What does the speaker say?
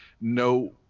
No